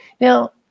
Now